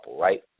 right